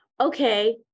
Okay